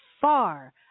far